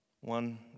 One